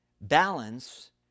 Balance